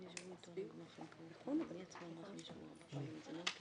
משרד המשפטים ייעוץ וחקיקה והמשטרה לא היו חלק